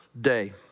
day